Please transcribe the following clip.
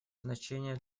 значение